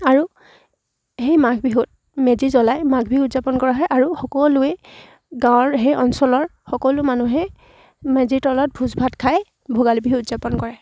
আৰু সেই মাঘ বিহুত মেজি জ্বলাই মাঘ বিহু উদযাপন কৰা হয় আৰু সকলোৱে গাঁৱৰ সেই অঞ্চলৰ সকলো মানুহে মেজিৰ তলত ভোজ ভাত খাই ভোগালী বিহু উদযাপন কৰে